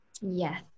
Yes